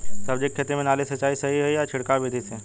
सब्जी के खेती में नाली से सिचाई सही होई या छिड़काव बिधि से?